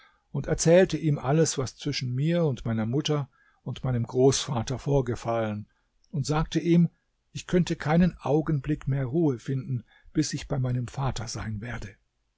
und erzählte ihm alles was zwischen mir und meiner mutter und meinem großvater vorgefallen und sagte ihm ich könnte keinen augenblick mehr ruhe finden bis ich bei meinem vater sein werde